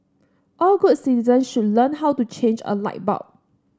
all good citizens should learn how to change a light bulb